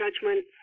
Judgment